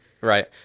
Right